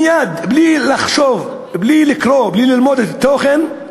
בלי לחשוב, בלי לקרוא, בלי ללמוד את התוכן,